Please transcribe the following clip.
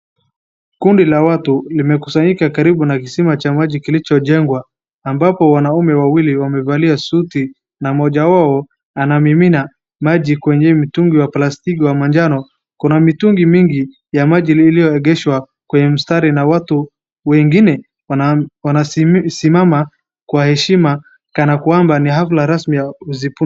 Kundi la watu limekusanyika karibu na kisima cha maji kilichojengwa, ambapo wanaume wawili wamevalia suti na mmoja wao anamimina maji kwenye mtungi wa plastiki wa manjano, kuna mitungi mingi ya maji iliyoegeshwa kwenye mstari na watu wengine wanasimama kwa heshima kana kwamba ni hafla rasmi ya kuzi.